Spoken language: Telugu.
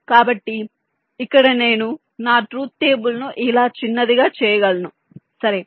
కాబట్టి ఇక్కడ నేను నా ట్రూత్ టేబుల్ ను ఇలా చిన్నదిగా చేయగలను సరే